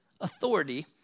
authority